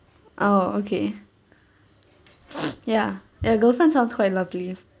oh okay ya ya girlfriend sounds quite lovely